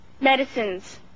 medicines